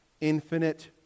infinite